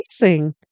amazing